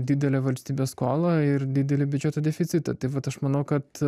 didelę valstybės skolą ir didelį biudžeto deficitą taip vat aš manau kad